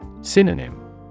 Synonym